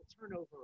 turnover